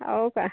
हो का